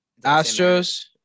Astros